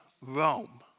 Rome